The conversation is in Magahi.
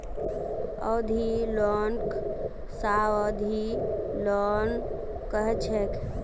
अवधि लोनक सावधि लोन कह छेक